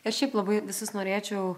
ir šiaip labai visus norėčiau